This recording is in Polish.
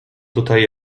tutaj